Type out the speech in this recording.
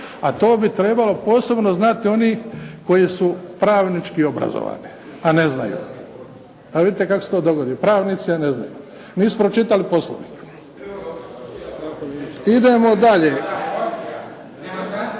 a to bi trebalo posebno znati oni koji su pravnički obrazovani, a ne znaju. E vidite kako se to dogodi, pravnici, a ne znaju. Nisu pročitali poslovnik. **Linić,